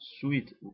sweet